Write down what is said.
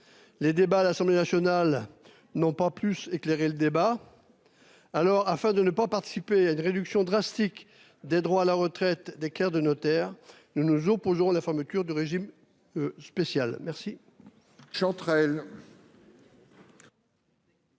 Les débats à l'Assemblée nationale n'ont pas plus éclairé la situation. Afin de ne pas participer à une réduction drastique des droits à la retraite des clercs de notaire, nous nous opposons à la fermeture de leur régime spécial. La